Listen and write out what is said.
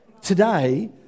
Today